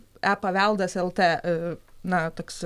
e paveldas el tė na toks